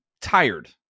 tired